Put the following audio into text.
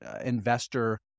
investor